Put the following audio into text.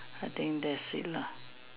I think that's it lah